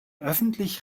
öffentlich